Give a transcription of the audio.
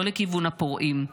לא לכיוון הפורעים,